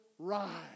Rise